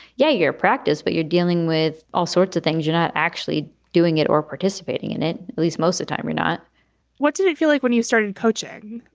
yeah, you're practice, but you're dealing with all sorts of things. you're not actually doing it or participating in at least most of time you're not what does it feel like when you started coaching?